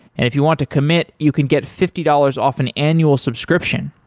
if you want to commit, you can get fifty dollars off an annual subscription.